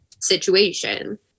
situation